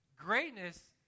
Greatness